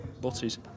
Butties